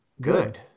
good